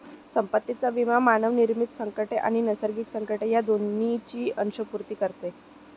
संपत्तीचा विमा मानवनिर्मित संकटे आणि नैसर्गिक संकटे या दोहोंची अंशपूर्ती करतो